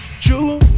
True